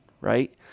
right